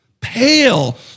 pale